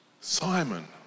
Simon